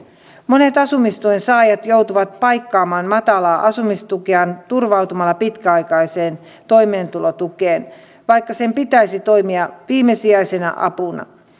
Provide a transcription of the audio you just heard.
monet asumistuen saajat joutuvat paikkaamaan matalaa asumistukeaan turvautumalla pitkäaikaiseen toimeentulotukeen vaikka sen pitäisi toimia viimesijaisena apuna